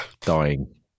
dying